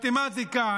מתמטיקה,